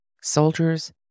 soldiers